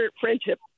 friendship